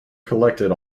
collected